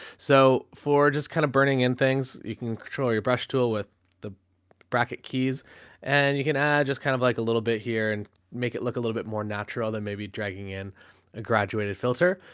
so for just kind of burning in things, you can control your brush tool with the bracket keys and you can add just kind of like a little bit here and make it look a little bit more natural than maybe dragging in a graduated filter,